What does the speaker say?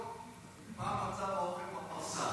רציתי לבדוק מה מצב האוכל בפרסה.